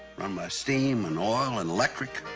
run by steam and oil and electric.